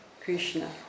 Krishna